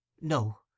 No